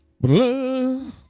Blah